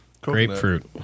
grapefruit